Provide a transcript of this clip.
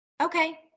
okay